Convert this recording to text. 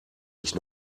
ich